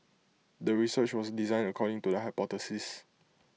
the research was designed according to the hypothesis